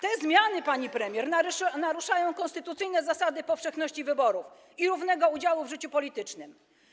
Te zmiany, pani premier, naruszają konstytucyjne zasady powszechności wyborów i równego udziału w życiu politycznym.